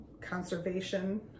conservation